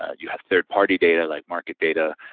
you have third party data like market data,